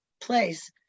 place